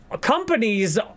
companies